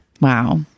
Wow